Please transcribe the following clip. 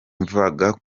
intambara